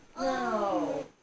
No